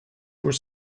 were